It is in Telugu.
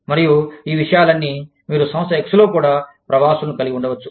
మరియు ఈ విషయాలన్నీ మీరు సంస్థ X లో కూడా ప్రవాసులను కలిగి ఉండవచ్చు